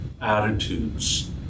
attitudes